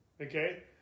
Okay